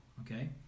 okay